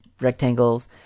rectangles